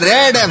Red